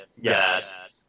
Yes